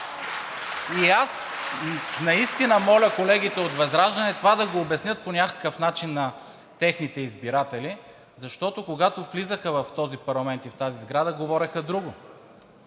И аз наистина моля колегите от ВЪЗРАЖДАНЕ това да го обяснят по някакъв начин на техните избиратели, защото, когато влизаха в този парламент и в тази сграда, говореха друго,